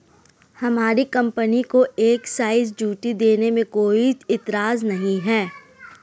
हमारी कंपनी को excise duty देने में कोई एतराज नहीं है